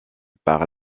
par